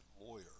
lawyer